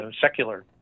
secular